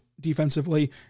defensively